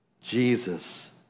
Jesus